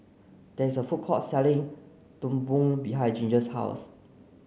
there is a food court selling Kuih Bom behind Ginger's house